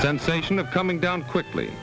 sensation of coming down quickly